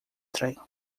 trem